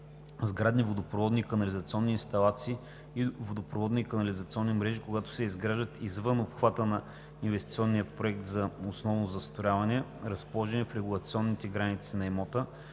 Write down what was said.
сградни водопроводни и канализационни инсталации и водопроводни и канализационни мрежи, когато се изграждат извън обхвата на инвестиционния проект за основното застрояване, разположени в регулационните граници на имоти